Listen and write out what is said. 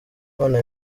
imana